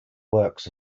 works